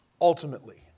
ultimately